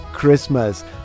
christmas